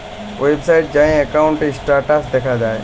ওয়েবসাইটে যাঁয়ে একাউল্টের ইস্ট্যাটাস দ্যাখা যায়